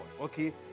okay